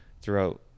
throughout